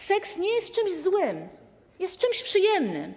Seks nie jest czymś złym, jest czymś przyjemnym.